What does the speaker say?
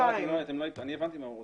אני הבנתי מה הוא רוצה.